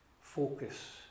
focus